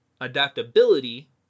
Adaptability